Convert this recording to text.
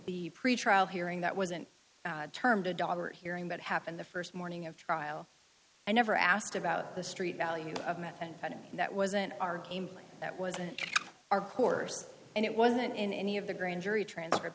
the pretrial hearing that wasn't termed a dollar hearing that happened the first morning of trial i never asked about the street value of methamphetamine that wasn't our game that wasn't our course and it wasn't in any of the grand jury transcript